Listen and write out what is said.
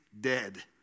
dead